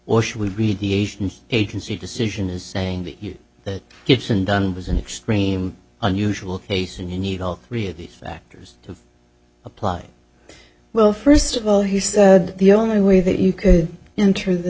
or should we read the asian agency decision is saying that you that gibson dunn was an extreme unusual case and you need all three of these factors to apply well first of all he said the only way that you could enter the